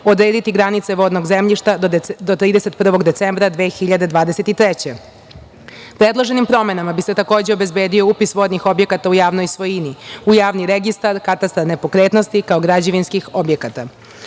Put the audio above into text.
odrediti granice vodnog zemljišta do 31. decembra 2023. godine. Predloženim promenama bi se takođe obezbedio upis vodnih objekata u javnoj svojini, u javni registar, katastar nepokretnosti kao građevinskih objekata.